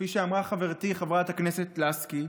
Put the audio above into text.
כפי שאמרה חברתי חברת הכנסת לסקי,